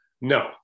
no